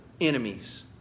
enemies